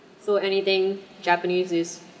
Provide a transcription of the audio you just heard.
so anything japanese is